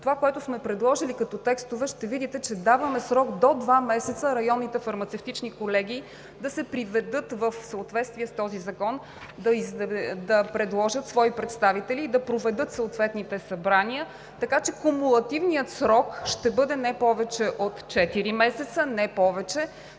това, което сме предложили като текстове, ще видите, че даваме срок – до два месеца районните фармацевтични колегии да се приведат в съответствие с този закон, да предложат своите представители и да проведат съответните събрания, така че кумулативният срок да бъде не повече от четири месеца. Не повече!